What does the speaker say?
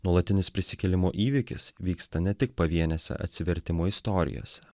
nuolatinis prisikėlimo įvykis vyksta ne tik pavienėse atsivertimo istorijose